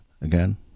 again